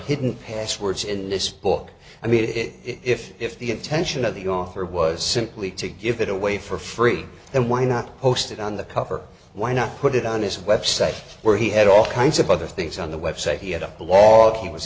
hidden passwords in this book i made it if if the attention of the author was simply to give it away for free then why not post it on the cover why not put it on his website where he had all kinds of other things on the website he had a lot he was